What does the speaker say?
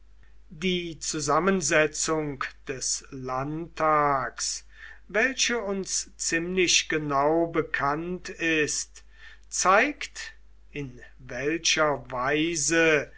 die zusammensetzung des landtags welche uns ziemlich genau bekannt ist zeigt in welcher weise